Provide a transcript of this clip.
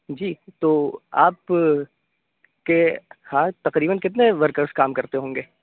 جی تو آپ کے ہاں تقریبآٓ کتنے ورکرس کام کرتے ہوں گے